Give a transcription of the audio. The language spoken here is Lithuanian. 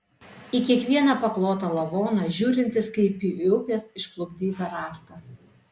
į kiekvieną paklotą lavoną žiūrintis kaip į upės išplukdytą rąstą